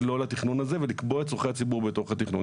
"לא" לתכנון הזה ולקבוע את צרכי הציבור בתוך התכנון.